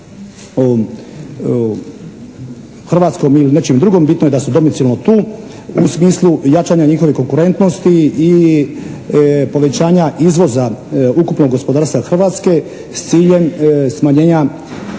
hrvatskom ili nečijem drugom, bitno je da su domiciono tu u smislu jačanja njihove konkurentnosti i povećanja izvoza ukupnog gospodarstva Hrvatske s ciljem smanjenja